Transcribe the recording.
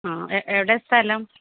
ആ എവിടെയാണ് സ്ഥലം